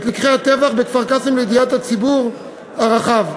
לקחי הטבח בכפר-קאסם לידיעת הציבור הרחב.